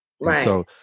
Right